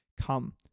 come